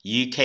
UK